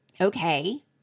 Okay